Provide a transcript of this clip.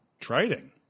Trading